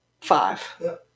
five